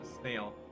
snail